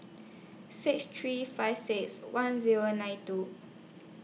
six three five six one Zero nine two